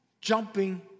jumping